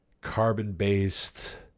carbon-based